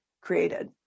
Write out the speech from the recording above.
created